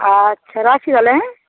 আচ্ছা রাখছি তাহলে হ্যাঁ